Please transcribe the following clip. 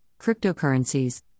cryptocurrencies